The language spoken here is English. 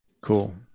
cool